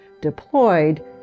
deployed